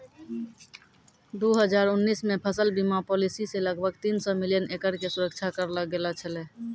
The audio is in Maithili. दू हजार उन्नीस मे फसल बीमा पॉलिसी से लगभग तीन सौ मिलियन एकड़ के सुरक्षा करलो गेलौ छलै